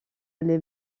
les